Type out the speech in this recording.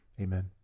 Amen